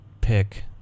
pick